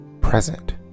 present